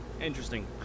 interesting